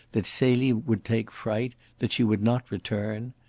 that celie would take fright, that she would not return.